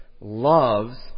loves